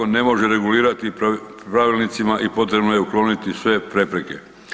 Zakon ne može regulirati pravilnicima i potrebno je ukloniti sve prepreke.